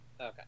Okay